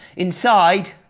inside.